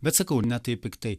bet sakau ne taip piktai